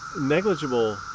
Negligible